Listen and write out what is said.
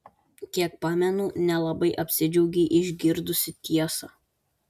kiek pamenu nelabai apsidžiaugei išgirdusi tiesą